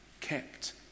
kept